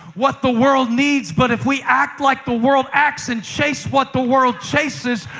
what the world needs, but if we act like the world acts and chase what the world chases,